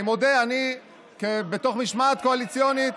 אני מודה, אני בתוך משמעת קואליציונית,